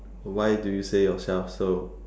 why do you say yourself so